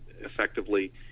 effectively